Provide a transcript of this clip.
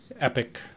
epic